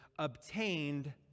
obtained